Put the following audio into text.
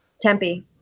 Tempe